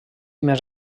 més